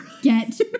Get